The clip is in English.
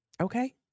Okay